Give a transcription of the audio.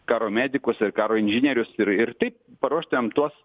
karo medikus ir karo inžinierius ir ir taip paruoštumėm tuos